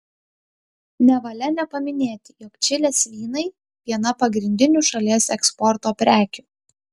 nevalia nepaminėti jog čilės vynai viena pagrindinių šalies eksporto prekių